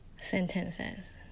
sentences